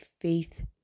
faith